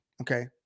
Okay